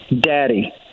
Daddy